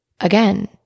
again